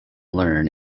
learn